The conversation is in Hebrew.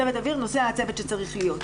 צוות אוויר, נוסע הצוות שצריך להיות.